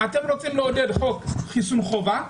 אתם רוצים לעודד חוק חיסון חובה,